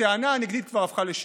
הטענה הנגדית כבר הפכה לשיטה: